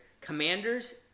Commanders